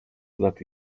that